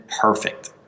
perfect